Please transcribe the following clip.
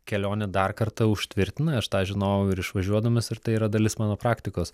kelionė dar kartą užtvirtina aš tą žinojau ir išvažiuodamas ir tai yra dalis mano praktikos